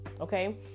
okay